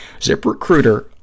ZipRecruiter